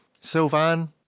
Sylvan